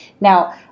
Now